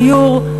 דיור,